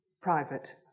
private